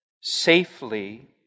safely